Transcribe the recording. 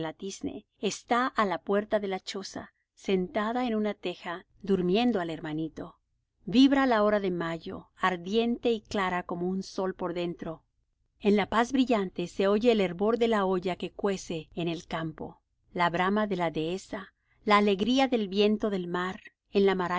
tizne está á la puerta de la choza sentada en una teja durmiendo al hermanito vibra la hora de mayo ardiente y clara como un sol por dentro en la paz brillante se oye el hervor de la olla que cuece en el campo la brama de la dehesa la alegría del viento del mar en la